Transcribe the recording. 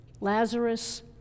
Lazarus